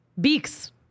Beaks